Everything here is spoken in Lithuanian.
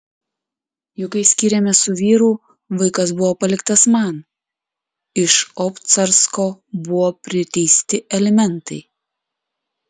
juk kai skyrėmės su vyru vaikas buvo paliktas man iš obcarsko buvo priteisti alimentai